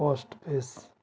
post pace